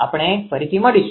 આપણે ફરી મળીશું